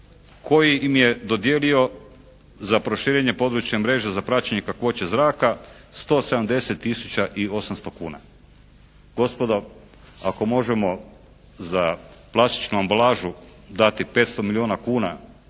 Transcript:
koji im je dodijelio za proširenje područne mreže za praćenje kakvoće zraka 170 tisuća i 800 kuna. Gospodo, ako možemo za plastičnu ambalažu dati 500 milijuna kuna